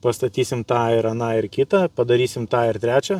pastatysim tą ir aną ir kitą padarysim tą ir trečią